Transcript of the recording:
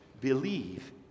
believe